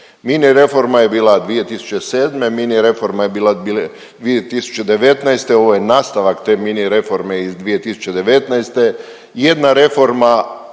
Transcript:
Mini reforma je bila 2007., mini reforma je bila 2019., ovo je nastavak te mini reforme iz 2019., jedna reforma